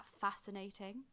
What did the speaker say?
fascinating